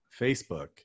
Facebook